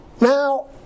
Now